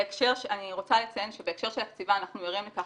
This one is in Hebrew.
אני רוצה לציין שבהקשר של הקציבה אנחנו ערים לכך